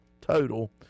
total